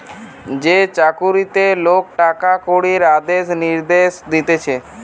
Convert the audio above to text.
যে চাকরিতে লোক টাকা কড়ির আদেশ নির্দেশ দিতেছে